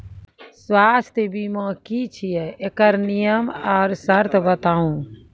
स्वास्थ्य बीमा की छियै? एकरऽ नियम आर सर्त बताऊ?